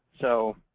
so